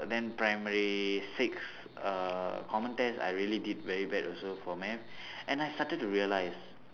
then primary six uh common test I really did very bad also for math and I started to realise